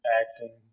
acting